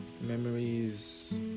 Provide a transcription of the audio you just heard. memories